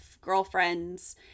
girlfriends